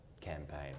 campaign